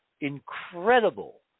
incredible